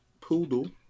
Poodle